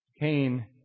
Cain